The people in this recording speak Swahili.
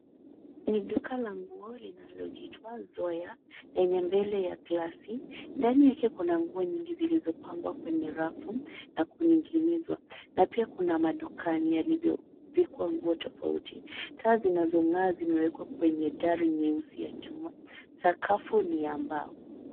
Ni duka la nguo linalojita Zoya, lenye mbele ya glasi. Ndani yake kuna nguo nyingi zilizopangwa kwenye rafu, na kuning'inizwa. Na pia kuna madukani yalivyovikwa nguo tofauti. Taa zinazong'aa zimewekwa kwenye dari nyeusi ya chuma. Sakafu ni ya mbao.